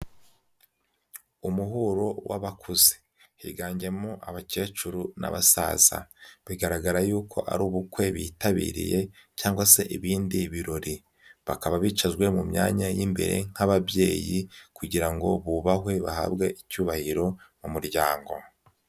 Umuhuro w'abakuze higanjemo abakecuru n'abasaza. Bigaragara yuko ari ubukwe bitabiriye cyangwa se ibindi birori. Bakaba bicajwe mu myanya y'imbere nk'ababyeyi kugira ngo bubahwe bahabwe icyubahiro mu muryango.